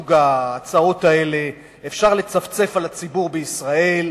מסוג ההצהרות האלה, אפשר לצפצף על הציבור בישראל,